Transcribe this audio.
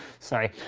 sorry,